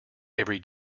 every